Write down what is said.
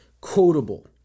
quotable